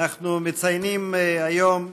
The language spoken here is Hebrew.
לסדר-היום מס'